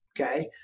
okay